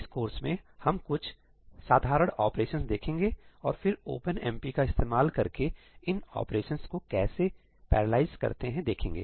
इस कोर्स में हम कुछ साधारण ऑपरेशंस देखेंगे और फिर ओपनएमपी का इस्तेमाल करके इन ऑपरेशंस को पैरालाइज कैसे करते हैं देखेंगे